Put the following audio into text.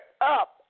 up